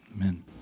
amen